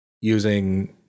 using